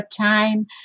time